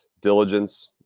diligence